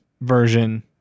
version